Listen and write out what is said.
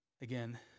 Again